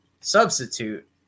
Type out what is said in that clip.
substitute